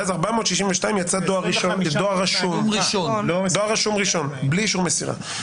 ואז ל-462,000 יצא דואר רשום ראשון בלי שום מסירה.